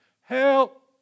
Help